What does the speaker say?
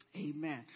Amen